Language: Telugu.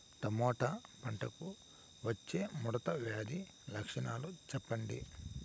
టమోటా పంటకు వచ్చే ముడత వ్యాధి లక్షణాలు చెప్పండి?